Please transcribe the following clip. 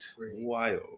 wild